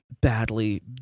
badly